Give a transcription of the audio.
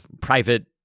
private